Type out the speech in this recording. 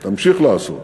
תמשיך לעשות,